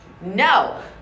No